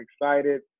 excited